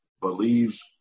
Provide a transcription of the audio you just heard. believes